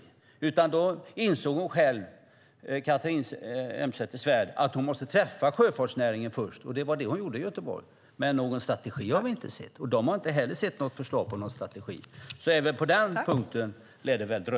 Catharina Elmsäter-Svärd insåg själv att hon måste träffa sjöfartsnäringen först, och det var det hon gjorde i Göteborg. Men någon strategi har vi inte sett, och de har inte heller sett något förslag på en strategi. Det lär väl dröja även på den punkten.